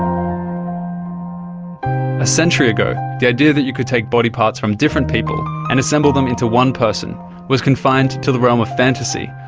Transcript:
um a century ago the idea that you could take body parts from different people and assemble them into one person was confined to the realm of fantasy,